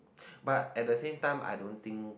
but at the same time I don't think